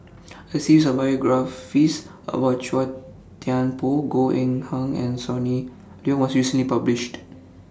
A series of biographies about Chua Thian Poh Goh Eng Han and Sonny Liew was recently published